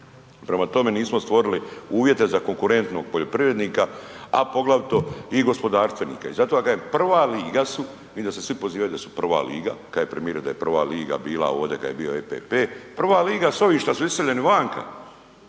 Prema tome, nismo stvorili uvjete za konkurentnog poljoprivrednika, a poglavito i gospodarstvenika. I zato ja kažem, prva liga su, vidim da se svi pozivaju da su prva liga, kaže premijer da je prva liga bila ovdje kad je bio EPP, prva liga su ovi šta su iseljeni vanka,